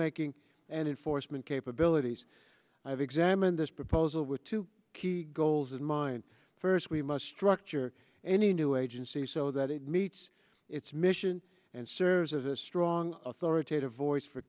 making and in forstmann capabilities i've examined this proposal with two key goals in mind first we must strike ger any new agency so that it meets its mission and serves as a strong authoritative voice for